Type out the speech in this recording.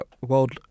World